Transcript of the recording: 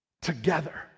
Together